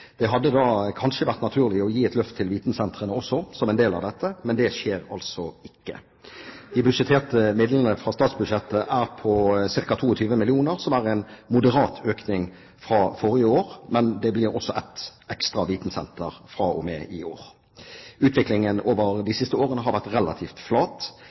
Det hadde da kanskje vært naturlig å gi et løft til vitensentrene også som en del av dette, men det skjer altså ikke. De budsjetterte midlene i statsbudsjettet er på ca. 22 mill. kr, som er en moderat økning fra forrige år. Men det blir også et ekstra vitensenter fra og med i år. Utviklingen over de siste årene har vært relativt